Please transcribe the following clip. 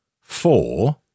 four –